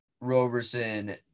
Roberson